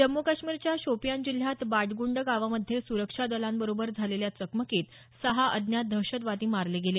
जम्मू कश्मीरच्या शोपियान जिल्ह्यात बाटगूंड गावामधे सुरक्षा दलांबरोबर झालेल्या चकमकीत सहा अज्ञात दहशतवादी मारले गेले